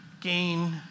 gain